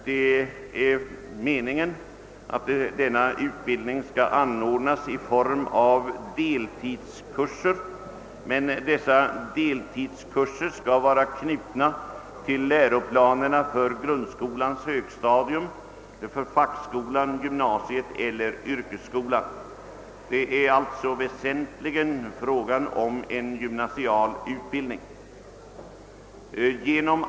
Det är meningen att denna utblidning skall anordnas i form av deltidskurser i anslutning till läroplanerna för grundskolans högstadium, fackskolan, gymnasiet eller yrkesskolan. Det är alltså väsentligen fråga om en symnasial utbildning.